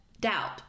doubt